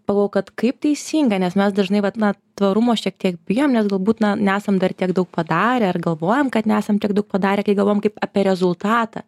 pagalvojau kad kaip teisinga nes mes dažnai vat na tvarumo šiek tiek bijom nes galbūt na nesam dar tiek daug padarę ar galvojam kad nesam tiek daug padarę kai galvojam kaip apie rezultatą